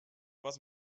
was